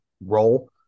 role